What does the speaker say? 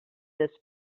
this